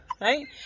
Right